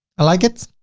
i like it.